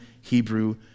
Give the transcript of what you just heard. Hebrew